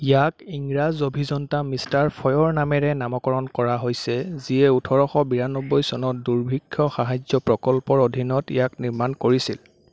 ইয়াক ইংৰাজ অভিযন্তা মিষ্টাৰ ফয়ৰ নামেৰে নামকৰণ কৰা হৈছে যিয়ে ওঁঠৰশ বিৰান্নব্বৈ চনত দুৰ্ভিক্ষ সাহায্য প্ৰকল্পৰ অধীনত ইয়াক নিৰ্মাণ কৰিছিল